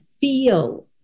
feel